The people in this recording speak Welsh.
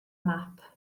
map